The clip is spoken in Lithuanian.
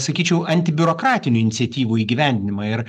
sakyčiau antibiurokratinių iniciatyvų įgyvendinimą ir